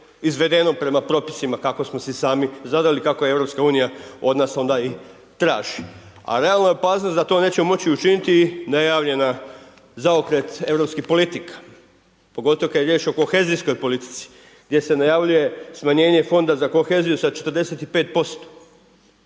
izvedeno prema propisima kako smo si sami zadali, kako EU od nas onda i traži. A realna je opasnost da to nećemo moći učiniti .../Govornik se ne razumije./... zaokret europskih politika pogotovo kad je riječ o kohezijskoj politici gdje se najavljuje smanjenje fonda za koheziju sa 45%.